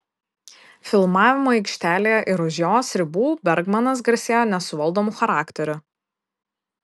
filmavimo aikštelėje ir už jos ribų bergmanas garsėjo nesuvaldomu charakteriu